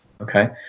Okay